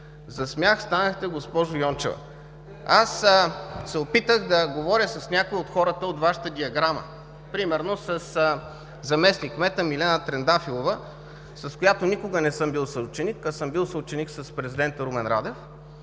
За смях станахте, госпожо Йончева. Опитах се да говоря с някои от хората от Вашата диаграма, примерно със заместник-кмета Милена Трендафилова, с която никога не съм бил съученик, а съм бил съученик с президента Румен Радев,